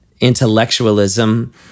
intellectualism